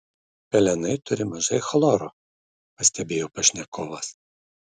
pelenai turi mažai chloro pastebėjo pašnekovas